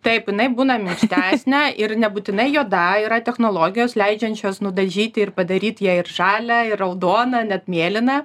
taip jinai būna minkštesnė ir nebūtinai juoda yra technologijos leidžiančios nudažyti ir padaryt ją ir žalią ir raudoną net mėlyną